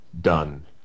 done